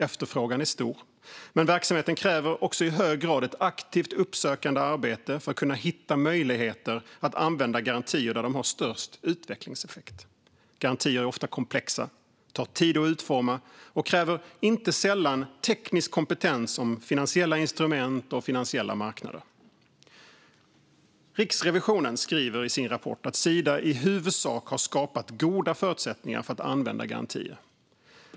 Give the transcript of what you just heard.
Efterfrågan är stor, men verksamheten kräver också i hög grad ett aktivt uppsökande arbete för att kunna hitta möjligheter att använda garantier där de har störst utvecklingseffekt. Garantier är ofta komplexa, tar tid att utforma och kräver inte sällan teknisk kompetens om finansiella instrument och finansiella marknader. Riksrevisionen skriver i sin rapport att Sida i huvudsak har skapat goda förutsättningar för att använda garantier.